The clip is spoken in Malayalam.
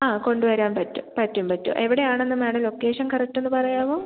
ആ കൊണ്ട് വെരാൻ പറ്റും പറ്റും പറ്റും എവിടെയാണെന്ന് മാഡം ലൊക്കേഷൻ കറക്റ്റൊന്ന് പറയാവോ